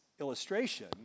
illustration